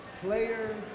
player